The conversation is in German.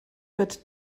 wird